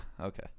okay